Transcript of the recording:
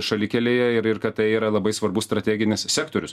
šalikelėje ir ir kad tai yra labai svarbus strateginis sektorius